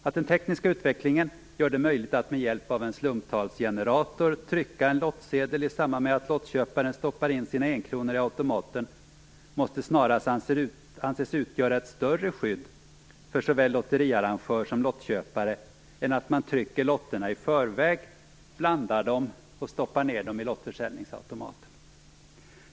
Att den tekniska utvecklingen gör det möjligt att med hjälp av en slumptalsgenerator trycka en lottsedel i samband med att lottköparen stoppar in sina enkronor i automaten måste snarast anses utgöra ett större skydd för såväl lotteriarrangör som lottköpare, än att man trycker lotterna i förväg, blandar dem och stoppar ner dem i lottförsäljningsautomaten.